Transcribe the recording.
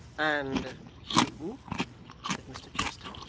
and hugh said mr chester,